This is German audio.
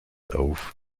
auf